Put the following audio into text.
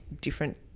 different